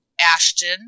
Ashton